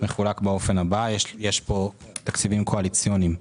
מחולק באופן הבא: יש פה תקציבים קואליציוניים.